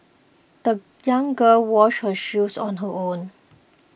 the young girl washed her shoes on her own